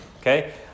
Okay